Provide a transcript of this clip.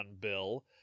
bill